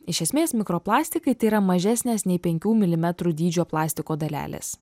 iš esmės mikroplastikai tai yra mažesnės nei penkių milimetrų dydžio plastiko dalelės